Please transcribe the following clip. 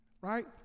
Right